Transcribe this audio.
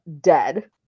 Dead